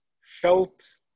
felt